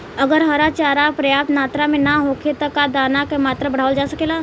अगर हरा चारा पर्याप्त मात्रा में उपलब्ध ना होखे त का दाना क मात्रा बढ़ावल जा सकेला?